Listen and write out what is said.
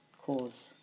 cause